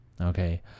Okay